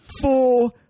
four